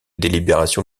délibération